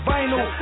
Vinyl